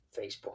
Facebook